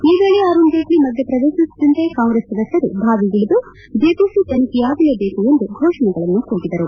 ಈ ವೇಳೆ ಅರುಣ್ ಜೇಟ್ಲ ಮಧ್ಯಪ್ರವೇಶಿಸುತ್ತಿದ್ದಂತೆ ಕಾಂಗ್ರೆಸ್ ಸದಸ್ಯರು ಬಾವಿಗಿಳಿದು ಜೆಪಿಸಿ ತನಿಖೆಯಾಗಲೇಬೇಕೆಂದು ಘೋಷಣೆಗಳನ್ನು ಕೂಗಿದರು